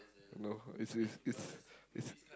no it's it's it's it's